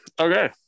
Okay